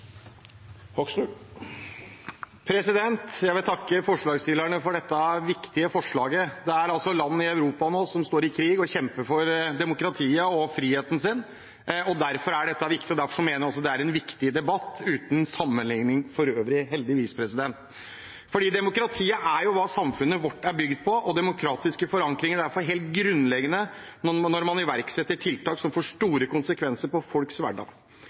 altså land i Europa som nå står i krig og kjemper for demokratiet og friheten sin, og derfor er dette viktig. Derfor mener jeg også det er en viktig debatt – uten sammenligning for øvrig, heldigvis. Demokratiet er hva samfunnet vårt er bygd på, og demokratiske forankringer er derfor helt grunnleggende når man iverksetter tiltak som får store konsekvenser for folks hverdag. Det er ingen tvil om at koronapandemien har gitt enormt utslag på folks liv og hverdag